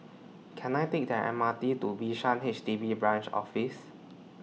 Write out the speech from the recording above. Can I Take The M R T to Bishan H D B Branch Office